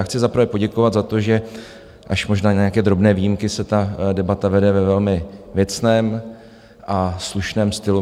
Chci za prvé poděkovat za to, že až možná na nějaké drobné výjimky se ta debata vede ve velmi věcném a slušném stylu.